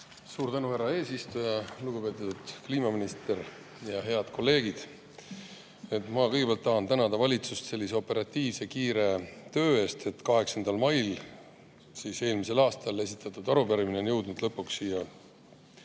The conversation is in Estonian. Suur tänu, härra eesistuja! Lugupeetud kliimaminister! Head kolleegid! Kõigepealt ma tahan tänada valitsust sellise operatiivse, kiire töö eest: 8. mail eelmisel aastal esitatud arupärimine on jõudnud lõpuks siia